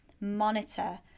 monitor